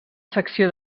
secció